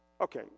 Okay